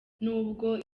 nubwo